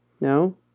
No